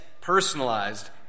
personalized